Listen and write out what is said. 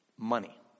Money